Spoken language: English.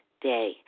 day